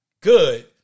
good